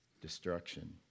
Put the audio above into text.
destruction